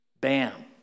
bam